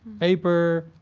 paper,